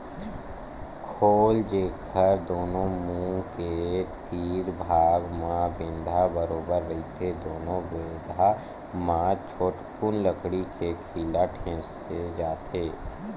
खोल, जेखर दूनो मुहूँ के तीर भाग म बेंधा बरोबर रहिथे दूनो बेधा म छोटकुन लकड़ी के खीला ठेंसे जाथे